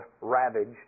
ravaged